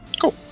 Cool